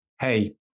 hey